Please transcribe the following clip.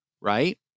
right